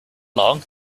long